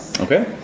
Okay